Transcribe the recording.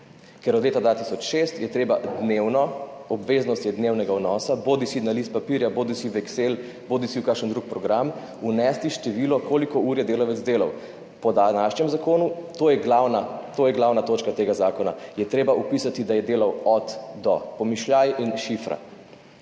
je od leta 2006 treba dnevno obveznosti dnevnega vnosa bodisi na list papirja bodisi v Excel bodisi v kakšen drug program vnesti število ur, koliko ur je delavec delal. Po današnjem zakonu, in to je glavna točka tega zakona, je treba opisati, da je delal od – do, pomišljaj in šifra.